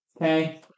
Okay